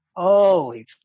Holy